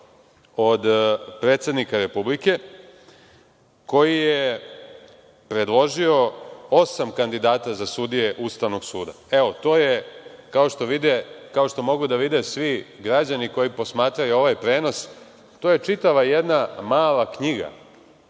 od predsednika Republike koji je predložio osam kandidata za sudije Ustavnog suda. Evo, to je, kao što mogu da vide svi građani koji posmatraju ovaj prenos, to je čitava jedna mala knjiga,